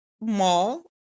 mall